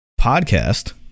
podcast